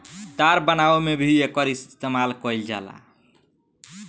तार बनावे में भी एकर इस्तमाल कईल जाला